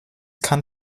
kann